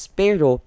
pero